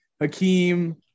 Hakeem